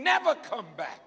never come back